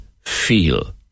feel